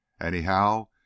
anyhow